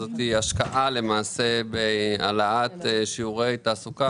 זאת השקעה למעשה בהעלאת שיעורי תעסוקה